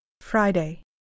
Friday